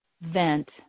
vent